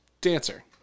dancer